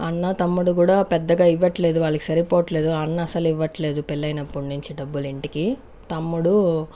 అన్న తమ్ముడు కూడా పెద్దగా ఇవ్వట్లేదు వాళ్లకి సరిపోవట్లేదు అన్న అస్సలు ఇవ్వట్లేదు పెళ్ళైనప్పటి నుంచి డబ్బులు ఇంటికి తమ్ముడు